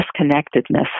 disconnectedness